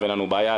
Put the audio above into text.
אין לנו בעיה,